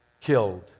killed